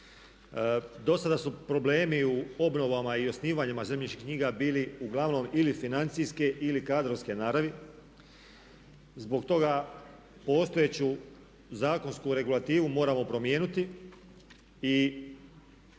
Do sada su problemi u obnovama i u osnivanjima zemljišnih knjiga bili uglavnom ili financijske ili kadrovske naravi. Zbog toga postojeću zakonsku regulativu moramo promijeniti i u izmjenama